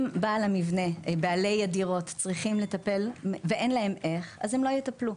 אם בעלי הדירות צריכים לטפל ואין להם איך הם לא יטפלו.